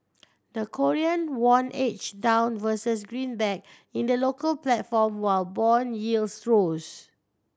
the Korean won edge down versus greenback in the local platform while bond yields rose